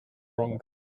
wrong